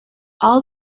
all